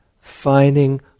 finding